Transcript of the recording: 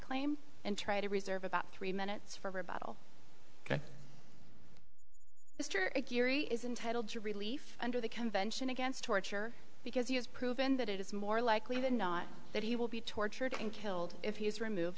claim and try to reserve about three minutes for rebuttal ok mr geary is intitled to relief under the convention against torture because he has proven that it is more likely than not that he will be tortured and killed if he is removed